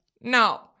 No